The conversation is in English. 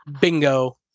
Bingo